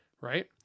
Right